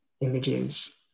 images